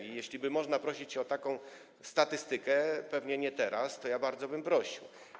I jeśliby można prosić o taką statystykę - pewnie nie teraz - to ja bardzo bym prosił.